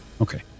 Okay